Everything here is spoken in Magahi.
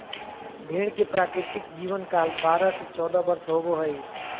भेड़ के प्राकृतिक जीवन काल बारह से चौदह वर्ष होबो हइ